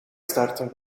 starten